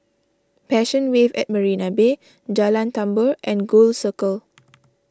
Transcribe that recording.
Passion Wave at Marina Bay Jalan Tambur and Gul Circle